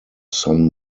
sun